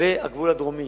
לגבי הגבול הדרומי,